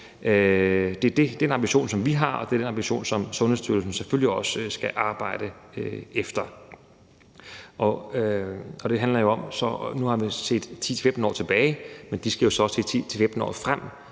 Det er den ambition, vi har, og det er den ambition, som Sundhedsstyrelsen selvfølgelig også skal arbejde efter. Nu har man så set 10-15 år tilbage, men de skal jo også se 10-15 år frem